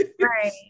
Right